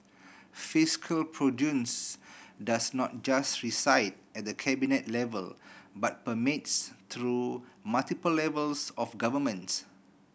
fiscal prudence does not just reside at the Cabinet level but permeates through multiple levels of governments